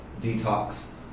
detox